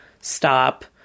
stop